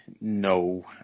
no